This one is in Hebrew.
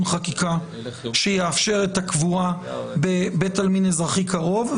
חקיקה שיאפשר קבורה בבית אזרחי קרוב.